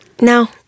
no